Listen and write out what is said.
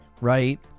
right